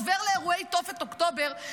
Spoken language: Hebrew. עוברת לאירועי תופת אוקטובר,